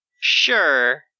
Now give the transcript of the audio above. Sure